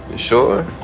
sure.